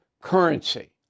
currency